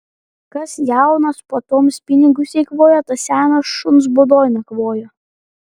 kas jaunas puotoms pinigus eikvojo tas senas šuns būdoj nakvoja